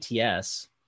ATS